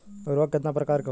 उर्वरक केतना प्रकार के होला?